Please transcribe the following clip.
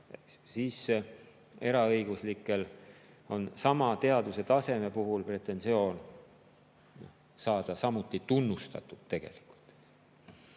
siis eraõiguslikel on sama teadustaseme puhul pretensioon saada samuti tunnustatud.